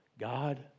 God